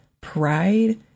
pride